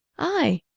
i,